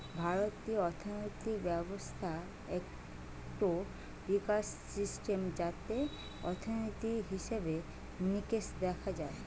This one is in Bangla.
ভারতীয় অর্থিনীতি ব্যবস্থা একটো বিশাল সিস্টেম যাতে অর্থনীতি, হিসেবে নিকেশ দেখা হয়